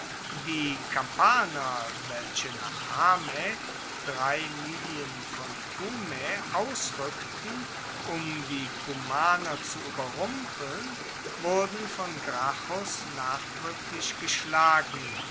die kampaner welche nach hamae drei miglien von cumae ausrueckten um die cumaner zu ueberrumpeln wurden von gracchus nachdruecklich geschlagen